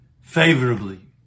favorably